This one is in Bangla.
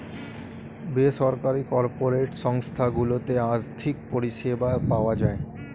বেসরকারি কর্পোরেট সংস্থা গুলোতে আর্থিক পরিষেবা পাওয়া যায়